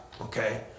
Okay